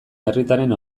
herritarraren